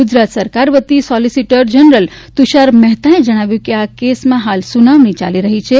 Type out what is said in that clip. ગુજરાત સરકાર વતી solicitor general Tushar મહેતાએ જણાવ્યું કે આ કેસમાં હાલ સુનાવણી ચાલી રહી છે